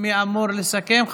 מי אמור לסכם?